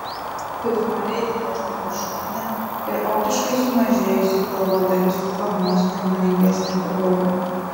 vizualiai didesnė viršutinė ir optiškai sumažėjusi pilvo dalis suformuos harmoningesnę figūrą